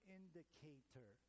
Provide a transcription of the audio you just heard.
indicator